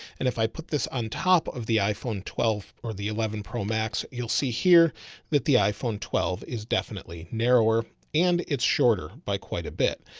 and if i put this on top of the iphone twelve or the eleven pro max, you'll see here that the iphone twelve is definitely narrower and it's shorter by quite a bit.